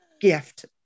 gift